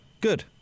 Good